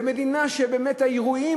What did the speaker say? במדינה שבאמת האירועים,